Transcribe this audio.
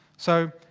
so,